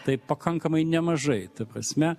tai pakankamai nemažai ta prasme